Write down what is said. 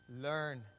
learn